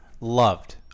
Loved